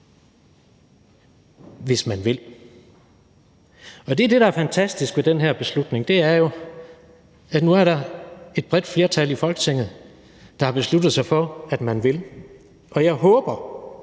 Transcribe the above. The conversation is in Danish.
hvis man vil. Og det er jo det, der er fantastisk ved den her beslutning, nemlig at der nu er et bredt flertal i Folketinget, der har besluttet sig for, at man vil, og jeg håber